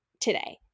today